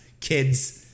kids